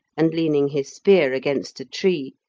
and leaning his spear against a tree,